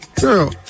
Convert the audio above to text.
girl